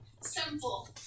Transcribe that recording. simple